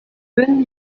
will